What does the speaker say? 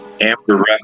Amber